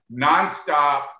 nonstop